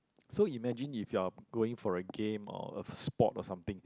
so imagine if you are going for a game or a sport or something